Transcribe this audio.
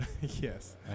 yes